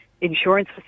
insurance